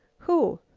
who?